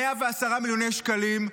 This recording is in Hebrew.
110 מיליוני שקלים,